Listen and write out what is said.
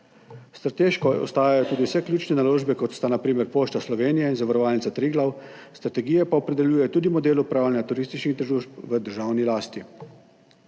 Strateško ostajajo tudi vse ključne naložbe, kot sta na primer Pošta Slovenije in Zavarovalnica Triglav, strategija pa opredeljuje tudi model upravljanja turističnih družb v državni lasti.